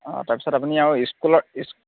অঁ তাৰপিছত আপুনি আৰু স্কুলৰ